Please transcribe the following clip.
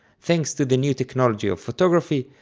thanks to the new technology of photography,